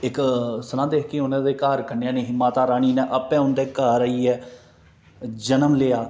इक सनांदे हे कि उं'दे घर कन्या नेईं ही माता रानी आपें उंदे घर आइयै जन्म लेआ